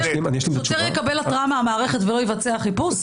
שוטר יקבל התרעה מהמערכת ולא יבצע חיפוש?